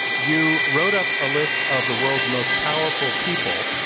you wrote up a list of the world's most powerful people.